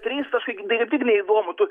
trys taškai tai kaip tik neįdomu tu